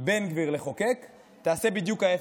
בן גביר לחוקק תעשה בדיוק ההפך,